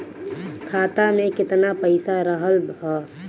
खाता में केतना पइसा रहल ह?